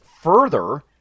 further